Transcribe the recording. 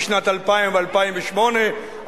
בשנת 2000 ובשנת 2008,